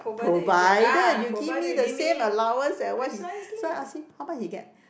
provided you give me the same allowance like what he so I ask him how much he get